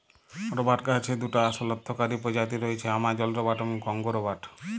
রবাট গাহাচের দুটা আসল অথ্থকারি পজাতি রঁয়েছে, আমাজল রবাট এবং কংগো রবাট